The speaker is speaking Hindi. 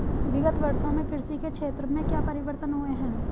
विगत वर्षों में कृषि के क्षेत्र में क्या परिवर्तन हुए हैं?